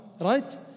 right